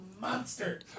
monster